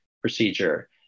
procedure